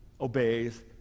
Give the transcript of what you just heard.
obeys